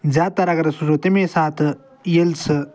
زیادٕ تَر اگر أسۍ وٕچھو تَمی ساتہٕ ییٚلہِ سُہ